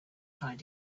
trying